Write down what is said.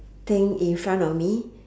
thing in front of me